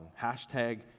Hashtag